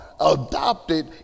adopted